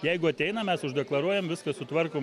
jeigu ateina mes deklaruojam viską sutvarkom